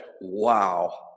wow